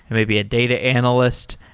and maybe a data analyst.